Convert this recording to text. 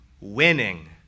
winning